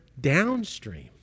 downstream